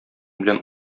белән